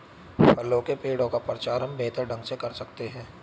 फलों के पेड़ का प्रचार हम बेहतर ढंग से कर सकते हैं